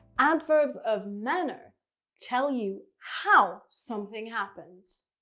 adverbs of manner tell you how something happens.